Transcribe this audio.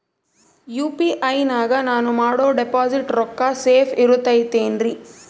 UPI ನಾಗ ನಾನು ಮಾಡೋ ಡಿಪಾಸಿಟ್ ರೊಕ್ಕ ಸೇಫ್ ಇರುತೈತೇನ್ರಿ?